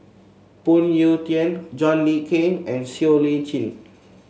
Phoon Yew Tien John Le Cain and Siow Lee Chin